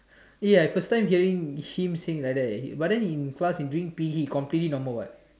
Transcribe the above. ya first time hearing him say like that eh but then during class during P_E he completely normal what